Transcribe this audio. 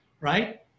right